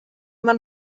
man